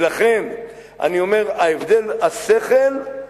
ולכן אני אומר: ההבדל, השכל,